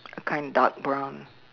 kind dark brown